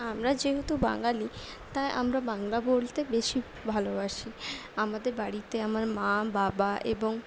আমরা যেহেতু বাঙালি তাই আমরা বাংলা বলতে বেশি ভালোবাসি আমাদের বাড়িতে আমার মা বাবা এবং